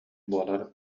буолар